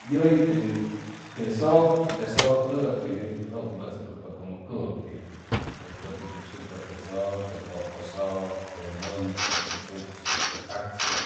Yʉji te te sʉj te sʉj tʉgay pues yʉji ʉcupachʉcʉjpa como cʉpi hʉy cʉpi tucsucpa te sʉj te pʉpʉ sʉj te mʉnsʉj te chuksʉj te paksʉj